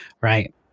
Right